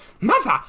Mother